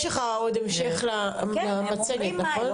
יש לך עוד המשך למצגת, נכון?